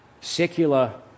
secular